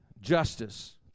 Justice